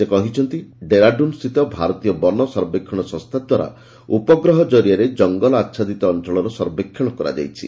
ସେ କହିଛନ୍ତି ଡେରାଡ୍ନ୍ସ୍ସିତ ଭାରତୀୟ ବନ ସର୍ବେକ୍ଷଣ ସଂସ୍ଥା ଦ୍ୱାରା ଉପଗ୍ରହ ଜରିଆରେ ଜଙ୍ଗଲ ଆଛାଦିତ ଅଞ୍ଞଳର ସର୍ବେକ୍ଷଣ କରାଯାଇଛି